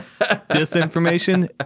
disinformation